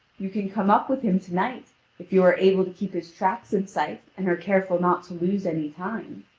you can come up with him to-night, if you are able to keep his tracks in sight, and are careful not to lose any time.